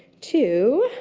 to.